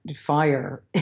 fire